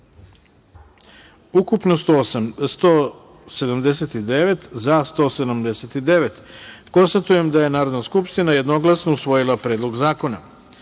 ukupno – 179, za – 179.Konstatujem da je Narodna skupština jednoglasno usvojila Predlog